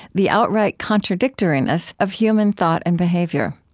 the outright contradictoriness of human thought and behavior.